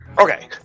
Okay